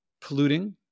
polluting